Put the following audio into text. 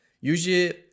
usually